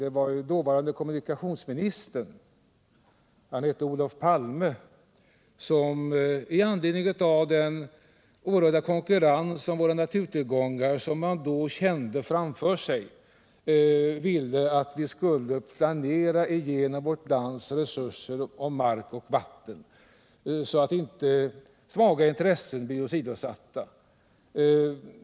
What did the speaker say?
Det var dåvarande kommunikationsministern — han hette Olof Palme — som med anledning av den oerhörda konkurrens om våra naturtillgångar man såg framför sig ville att vi skulle planera vårt lands resurser av mark och vatten, för att inte svaga intressen skulle bli åsidosatta.